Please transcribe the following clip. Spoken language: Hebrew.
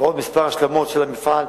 ועוד כמה השלמות של המפעל,